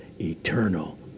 eternal